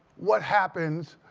what happens.